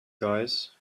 guys